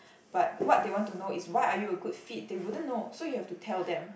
but what they want to know is why are you a good fit they wouldn't know so you have to tell them